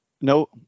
No